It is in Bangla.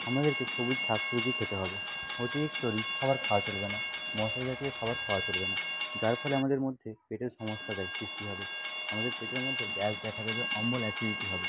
আমাদেরকে সবুজ শাক সবজি খেতে হবে অতিরিক্ত রিচ খাবার খাওয়া চলবে না মশলা জাতীয় খাবার খাওয়া চলবে না যার ফলে আমাদের মধ্যে পেটের সমস্যা দেখা সৃষ্টি হবে আমাদের পেটের মধ্যে গ্যাস দেখা দেবে অম্বল অ্যাসিডিটি হবে